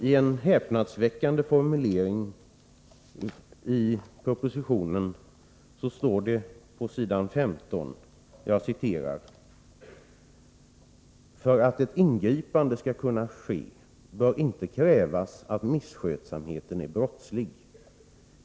I en häpnadsväckande formulering i propositionen står det på s. 15: ”För att ett ingripande skall kunna ske bör inte krävas att misskötsamheten är brottslig.